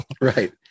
Right